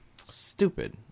Stupid